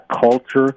culture